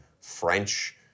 French